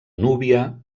núbia